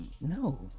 no